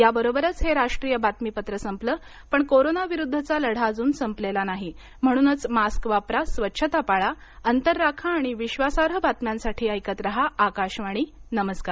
याबरोबरच हे राष्ट्रीय बातमीपत्र संपल पण कोरोना विरुद्धचा लढा अजून संपलेला नाही म्हणूनच मास्क वापरा स्वच्छता पाळा अंतर राखा आणि विश्वासार्ह बातम्यांसाठी ऐकत रहा आकाशवाणी नमस्कार